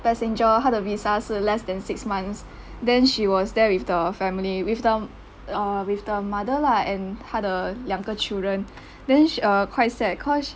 passenger 他的 visa 是 less than six months then she was there with the family with the err with the mother lah and 他的两个 children then she err quite sad cause